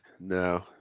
No